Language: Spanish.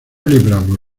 libramos